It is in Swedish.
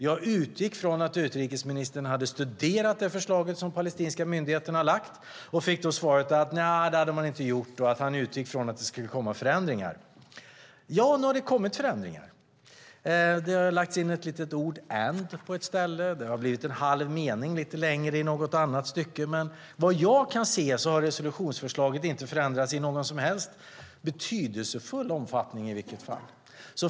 Jag utgick från att utrikesministern hade studerat förslaget som palestinska myndigheten har lagt fram och fick då svaret att det hade han inte gjort och att han utgick från att det skulle komma förändringar. Ja, nu har det kommit förändringar. Det har lagts in ett litet ord, and, på ett ställe, det har blivit en halv mening längre i något annat stycke. Men vad jag kan se har resolutionsförslaget i vilket fall inte förändrats i någon som helst betydelsefull omfattning.